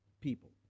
people